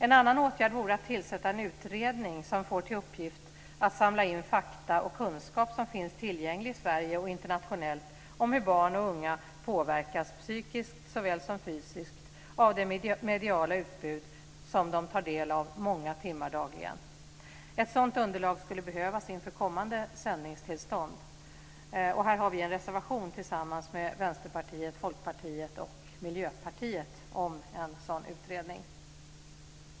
En annan åtgärd vore att tillsätta en utredning som får till uppgift att samla in fakta och kunskap som finns tillgäng i Sverige och internationellt om hur barn och unga påverkas såväl psykiskt som fysiskt av det mediala utbud som de tar del av under många timmar dagligen. Ett sådant underlag skulle behövas inför kommande sändingstillstånd. Här har vi en reservation tillsammans med Vänsterpartiet, Folkpartiet och Miljöpartiet om en sådan utredning.